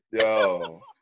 Yo